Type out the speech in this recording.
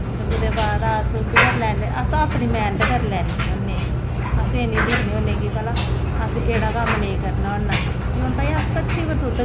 बपारी अपनी मर्जी कन्नै तोलदे नै उनै बिजली आह्ले कंडे रक्खे दे नै बोजे च रमोट पाए दा होंदा ऐ दस दस किलो तोड़ा लोकें कोला बद्ध